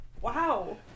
Wow